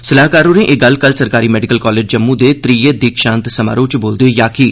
सलाहकार होरें एह् गल्ल कल सरकारी मेडिकल कालेज जम्मू दे त्रिए दीक्षांत समारोह च बोलदे होई आक्खी